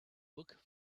book